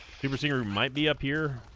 super singer might be up here